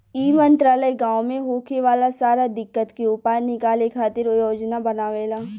ई मंत्रालय गाँव मे होखे वाला सारा दिक्कत के उपाय निकाले खातिर योजना बनावेला